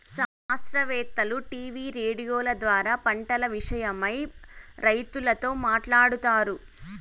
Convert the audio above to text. శాస్త్రవేత్తలు టీవీ రేడియోల ద్వారా పంటల విషయమై రైతులతో మాట్లాడుతారు